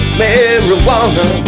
marijuana